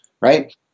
right